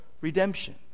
redemption